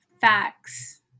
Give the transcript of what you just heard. facts